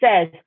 says